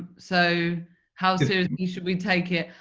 so how seriously should we take it?